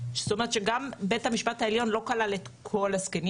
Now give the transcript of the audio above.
שגם בית המשפט העליון לא כלל את כל הקשישים,